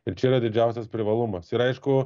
ir čia yra didžiausias privalumas ir aišku